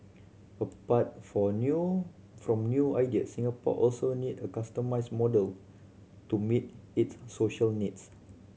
apart for new from new ideas Singapore also need a customised model to meet its social needs